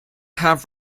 half